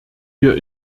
wir